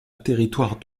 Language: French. territoire